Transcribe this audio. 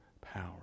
power